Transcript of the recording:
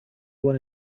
one